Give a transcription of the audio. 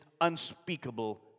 unspeakable